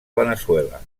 veneçuela